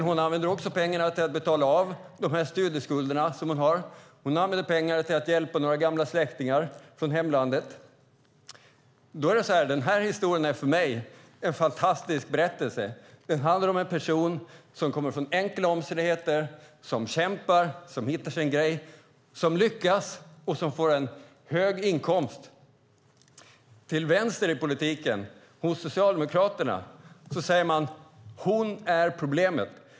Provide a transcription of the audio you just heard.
Hon använder också pengarna till att betala av sina studieskulder, och hon använder pengarna till att hjälpa några gamla släktingar från hemlandet. Den här historien är för mig en fantastisk berättelse. Den handlar om en person som kommer från enkla omständigheter, som kämpar, som lyckas och som får en hög inkomst. Till vänster i politiken, hos Socialdemokraterna, säger man: Hon är problemet.